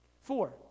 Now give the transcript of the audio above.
Four